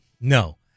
no